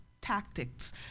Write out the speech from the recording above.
tactics